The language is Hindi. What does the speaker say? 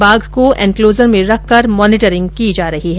बाघ को एनंक्लोजर में रखकर मॉनिटरिंग की जा रही है